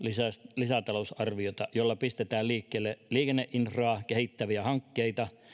lisätalousarviota jolla pistetään liikkeelle liikenneinfraa kehittäviä hankkeita